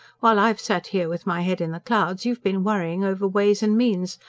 while i've sat here with my head in the clouds, you've been worrying over ways and means,